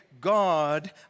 God